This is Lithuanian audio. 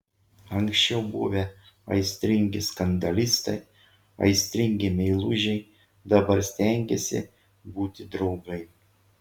anksčiau buvę aistringi skandalistai aistringi meilužiai dabar stengėsi būti draugai